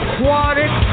Aquatic